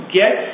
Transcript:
get